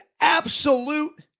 absolute